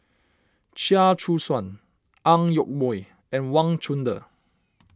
Chia Choo Suan Ang Yoke Mooi and Wang Chunde